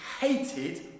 hated